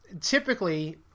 Typically